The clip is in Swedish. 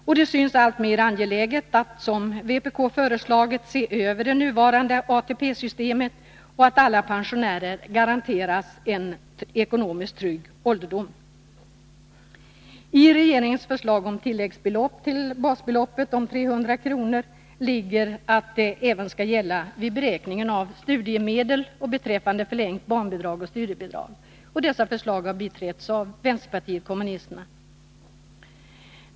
Det synes alltmer angeläget att, som vpk har föreslagit, se över det nuvarande ATP-systemet och att alla pensionärer garanteras en ekonomiskt trygg ålderdom. 149 Regeringens förslag om tilläggsbelopp till basbeloppet om 300 kr. innebär också att det skall gälla vid beräkningen av studiemedel och beträffande förlängt barnbidrag och studiebidrag. Dessa förslag har biträtts av vänsterpartiet kommunisterna.